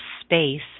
space